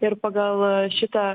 ir pagal šitą